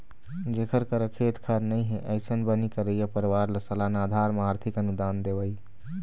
जेखर करा खेत खार नइ हे, अइसन बनी करइया परवार ल सलाना अधार म आरथिक अनुदान देवई